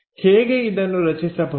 ಹೇಗೆ ಇದನ್ನು ರಚಿಸಬಹುದು